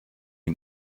ihm